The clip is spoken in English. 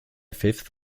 fifth